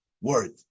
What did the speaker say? word